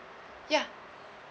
ya